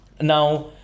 Now